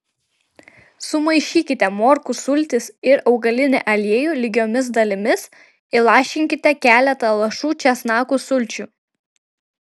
sumaišykite morkų sultis ir augalinį aliejų lygiomis dalimis įlašinkite keletą lašų česnakų sulčių